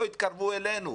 לא יתקרבו אלינו,